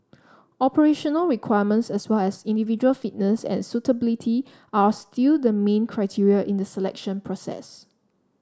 operational requirements as well as individual fitness and suitability are still the main criteria in the selection process